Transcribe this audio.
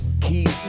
Keep